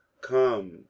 Come